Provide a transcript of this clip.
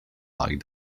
like